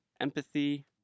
empathy